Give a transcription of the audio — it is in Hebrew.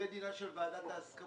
זה דינה של ועדת ההסכמות.